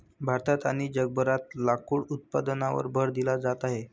भारतात आणि जगभरात लाकूड उत्पादनावर भर दिला जात आहे